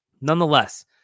Nonetheless